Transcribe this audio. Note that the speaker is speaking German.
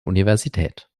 universität